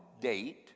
date